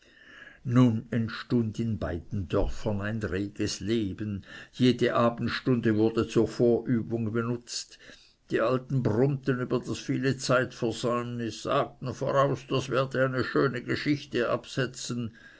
nun entstund in beiden dörfern ein reges leben jede abendstunde wurde zur vorübung benutzt die alten brummten über viele zeitversäumnis sagten voraus das wer de eine schöne geschichte absetzen